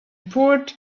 poured